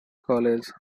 college